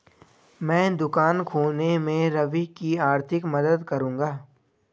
मैं दुकान खोलने में रवि की आर्थिक मदद करूंगा